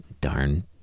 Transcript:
darn